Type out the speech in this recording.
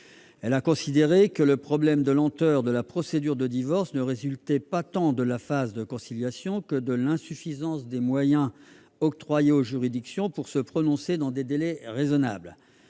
Elle a estimé que le problème de la lenteur de la procédure de divorce ne résultait pas tant de la phase de conciliation que de l'insuffisance des moyens octroyés aux juridictions pour se prononcer dans des délais raisonnables.